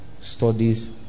studies